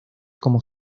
como